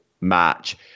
match